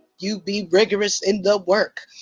you be rigorous in the work.